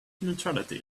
neutrality